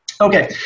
Okay